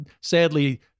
sadly